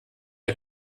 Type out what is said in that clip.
der